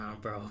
bro